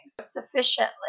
sufficiently